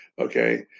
Okay